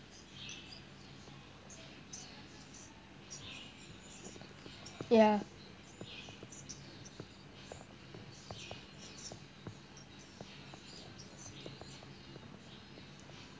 ya